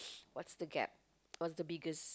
what's the gap what's the biggest